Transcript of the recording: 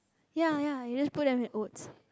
ya ya you just put and in oats